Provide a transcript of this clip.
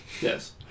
Yes